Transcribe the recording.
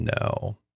No